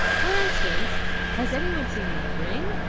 for instance has anyone seen my ring?